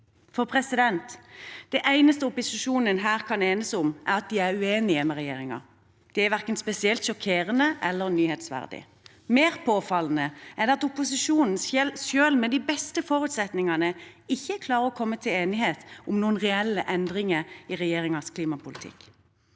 bli enige. Det eneste opposisjonen kan enes om, er at de er uenig med regjeringen. Det er verken spesielt sjokkerende eller nyhetsverdig. Mer påfallende er det at opposisjonen, selv med de beste forutsetningene, ikke klarer å komme til enighet om noen reelle endringer i regjeringens klimapolitikk.